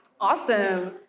Awesome